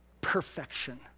perfection